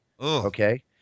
okay